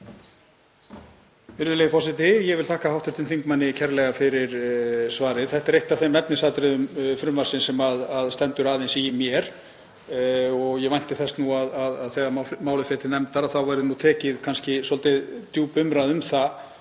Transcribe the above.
Þetta er eitt af þeim efnisatriðum frumvarpsins sem stendur aðeins í mér og ég vænti þess að þegar málið fer til nefndar verði tekin svolítið djúp umræða um það